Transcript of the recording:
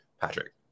Patrick